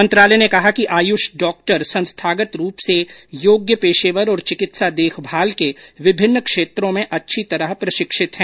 मंत्रालय ने कहा कि आयुष डॉक्टर संस्थागत रूप से योग्य पेशेवर और चिकित्सा देखभाल के विभिन्न क्षेत्रों में अच्छी तरह प्रशिक्षित हैं